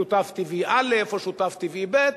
שותף טבעי א' או שותף טבעי ב',